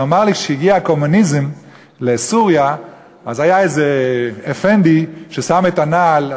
הוא אמר לי שכשהגיע הקומוניזם לסוריה היה איזה אפנדי ששם את הנעל,